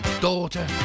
daughter